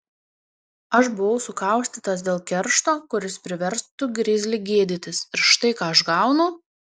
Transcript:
aš buvau sukaustytas dėl keršto kuris priverstų grizlį gėdytis ir štai ką aš gaunu